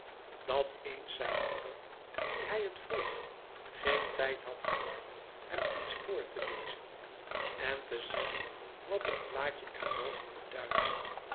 dat eens zijn moeder wie hij het vroeg geen tijd had gehad hem iets voor te lezen en te louis couperus metamorfoze zeggen wat het plaatje er boven beduidde